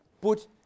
put